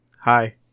Hi